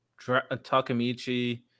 Takamichi